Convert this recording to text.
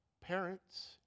parents